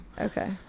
okay